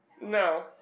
No